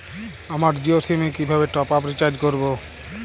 আমার জিও সিম এ কিভাবে টপ আপ রিচার্জ করবো?